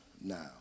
now